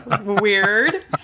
weird